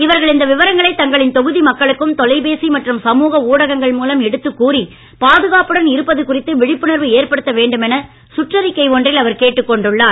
இவர்கள் இந்த விவரங்களை தங்களின் தொகுதி மக்களுக்கும் தொலைபேசி மற்றும் சமுக ஊடகங்கள் மூலம் எடுத்துக் கூறி பாதுகாப்புடன் இருப்பது குறித்து விழிப்புணர்வு ஏற்படுத்த வேண்டும் என சுற்றறிக்கை ஒன்றில் அவர் கேட்டுக்கொண்டுள்ளார்